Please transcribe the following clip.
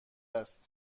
است